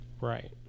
Right